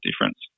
difference